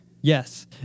Yes